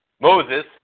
Moses